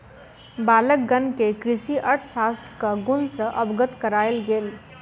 बालकगण के कृषि अर्थशास्त्रक गुण सॅ अवगत करायल गेल